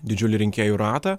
didžiulį rinkėjų ratą